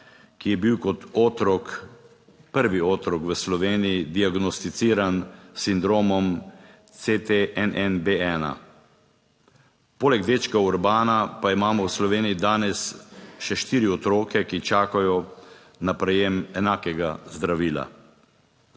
ki je bil kot otrok prvi otrok v Sloveniji diagnosticiran s sindromom CTNN-B1. Poleg dečka Urbana pa imamo v Sloveniji danes še štiri otroke, ki čakajo na prejem enakega zdravila.